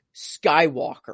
Skywalker